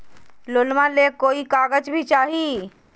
लोनमा ले कोई कागज भी चाही?